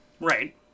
Right